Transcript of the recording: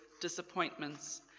disappointments